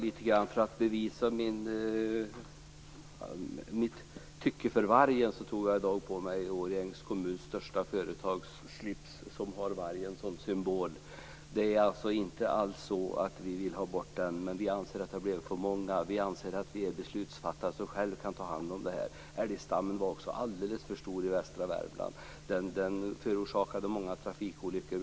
Fru talman! För att bevisa mitt tycke för vargen tog jag i dag på mig en slips från Årjängs kommuns största företag som har vargen som symbol. Det är alltså inte alls så att vi vill ha bort vargen. Men vi anser att det har blivit för många. Vi anser att vi är beslutsfattare som själva kan ta hand om detta. Älgstammen var också alldeles för stor i västra Värmland. Den förorsakade många trafikolyckor.